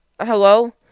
Hello